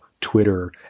Twitter